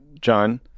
John